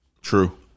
True